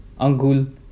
Angul